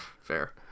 Fair